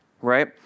right